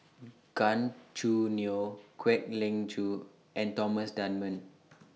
Gan Choo Neo Kwek Leng Joo and Thomas Dunman